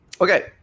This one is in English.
Okay